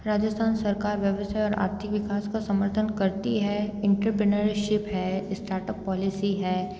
राजस्थान सरकार व्यवसाए और आर्थिक विकास का समर्थन करती है एंटरप्रेन्योरशिप है स्टार्टअप पॉलिसी है